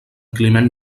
climent